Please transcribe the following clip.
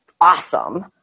awesome